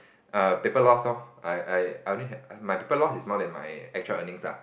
err paper loss loh I I I only have my paper loss is more than my actual earning lah